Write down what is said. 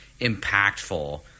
impactful